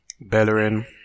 Bellerin